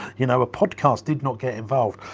you know, a podcast did not get involved.